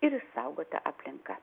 ir išsaugota aplinka